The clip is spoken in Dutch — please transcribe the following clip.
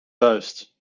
vuist